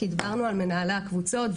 כי דיברנו על מנהלי הקבוצות,